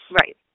Right